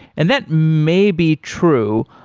and that may be true,